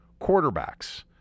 quarterbacks